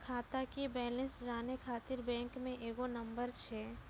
खाता के बैलेंस जानै ख़ातिर बैंक मे एगो नंबर छै?